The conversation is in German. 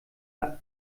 der